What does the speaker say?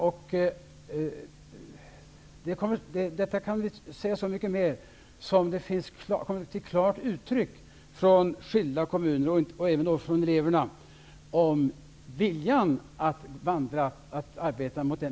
Viljan att arbeta med den inriktningen har klart kommit till uttryck från skilda kommuner och även från elever.